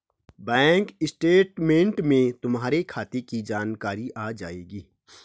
bank statement में तुम्हारे खाते की जानकारी आ जाएंगी